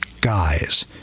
Guys